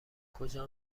کجا